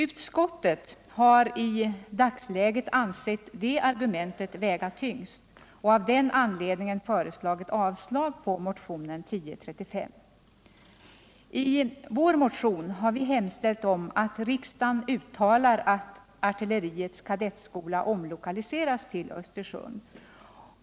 Utskottet har i dagsläget ansett det argumentet väga tyngst och av den anledningen föreslagit avslag på motionen 1035. I vår motion har vi hemställt att riksdagen uttalar att artilleriets kadettskola omlokaliseras till Östersund.